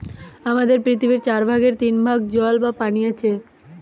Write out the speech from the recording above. আমাদের পৃথিবীর চার ভাগের তিন ভাগ জল বা পানি আছে